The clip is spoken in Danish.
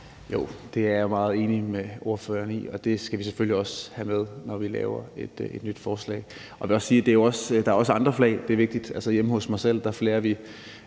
Jo, det er jeg meget enig med ordføreren i, og det skal vi selvfølgelig også have med, når vi laver et nyt forslag. Jeg vil også sige, at der også er andre flag. Det er vigtigt. Altså, hjemme hos mig selv flager vi